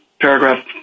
paragraph